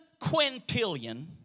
quintillion